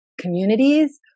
communities